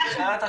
לפרשה האחרונה.